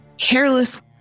hairless